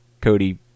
Cody